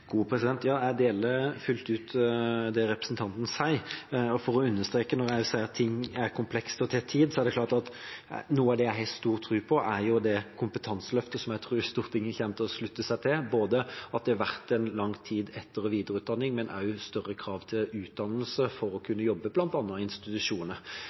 Jeg deler fullt ut representantens syn, og bare for å understreke det: Når jeg sier at ting er komplekse og tar tid, er det klart at noe av det jeg har stor tro på, er det kompetanseløftet som jeg tror Stortinget kommer til å slutte seg til, både at det i lang tid har vært en etter- og videreutdanning, men også større krav til utdannelse for å kunne jobbe bl.a. i institusjoner.